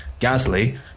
Gasly